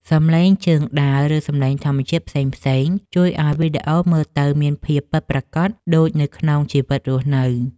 សំឡេងជើងដើរ ឬ សំឡេងធម្មជាតិផ្សេងៗជួយឱ្យវីដេអូមើលទៅមានភាពពិតប្រាកដដូចនៅក្នុងជីវិតរស់នៅ។